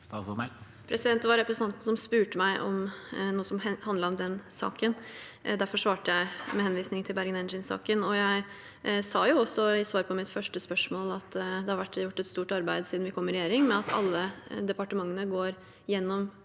Det var represen- tanten som spurte meg om noe som handlet om den saken. Derfor svarte jeg med henvisning til Bergen Engines-saken, og jeg sa også i svaret på det første spørsmålet at det har vært gjort et stort arbeid siden vi kom i regjering med at alle departementene går gjennom